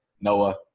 Noah